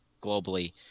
globally